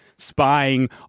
Spying